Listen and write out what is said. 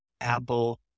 Apple